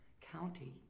county